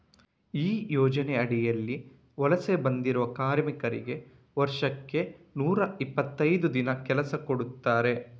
ಈ ಯೋಜನೆ ಅಡಿಯಲ್ಲಿ ವಲಸೆ ಬಂದಿರುವ ಕಾರ್ಮಿಕರಿಗೆ ವರ್ಷಕ್ಕೆ ನೂರಾ ಇಪ್ಪತ್ತೈದು ದಿನ ಕೆಲಸ ಕೊಡ್ತಾರೆ